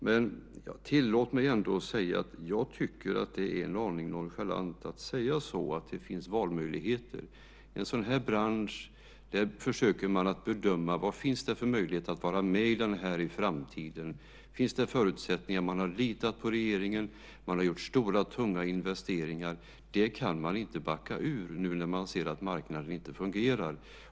Men tillåt mig ändå att säga att jag tycker att det är en aning nonchalant att säga att det finns valmöjligheter. I en sådan här bransch försöker man bedöma vilka möjligheter som det finns att vara med i den i framtiden. Finns det förutsättningar? Man har litat på regeringen. Man har gjort stora och tunga investeringar. Detta kan man inte backa ur nu när man ser att marknaden inte fungerar.